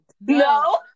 No